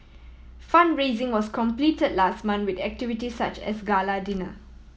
fund raising was completed last month with activities such as gala dinner